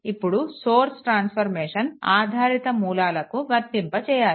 ఇప్పుడు source transformation ఆధారిత మూలాలకు వర్తింపచేయాలి